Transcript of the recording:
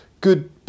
good